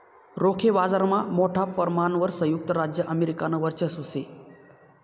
रोखे बाजारमा मोठा परमाणवर संयुक्त राज्य अमेरिकानं वर्चस्व शे